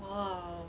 !wow!